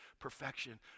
perfection